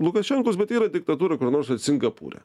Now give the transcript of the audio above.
lukašenkos bet yra diktatūra kur nors vat singapūre